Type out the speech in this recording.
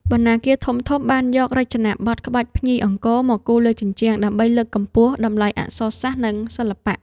បណ្ណាគារធំៗបានយករចនាបថក្បាច់ភ្ញីអង្គរមកគូរលើជញ្ជាំង ដើម្បីលើកកម្ពស់តម្លៃអក្សរសាស្ត្រ និងសិល្បៈ។